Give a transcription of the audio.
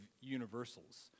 universals